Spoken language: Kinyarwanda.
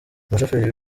umushoferi